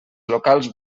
locals